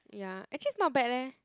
ya actually it's not bad leh